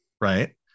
right